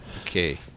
okay